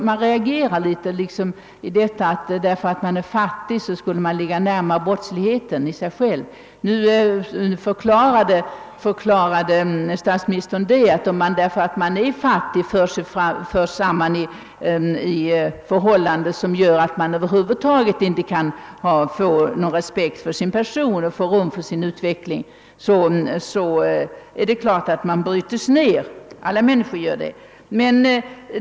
Man reagerar mot tanken på att den som är fattig lättare blir brottslig. När statsministern för resonemanget vidare med exempel från USA och menar, att då fattiga förs samman och hamnar i förhållanden som gör det omöjligt för dem att få respekt för sin person, när de inte får utrymme för sin utveckling, bryts ned — alla människor gör det, då instämmer jag med honom.